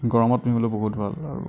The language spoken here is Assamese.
গৰমত পিন্ধিবলৈ বহুত ভাল আৰু